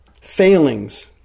failings